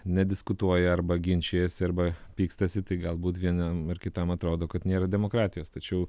nediskutuoja arba ginčijasi arba pykstasi tai galbūt vienam ar kitam atrodo kad nėra demokratijos tačiau